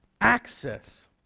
access